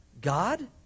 God